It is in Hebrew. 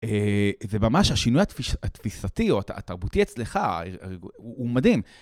זה ממש השינוי התפיסתי או התרבותי אצלך הוא מדהים.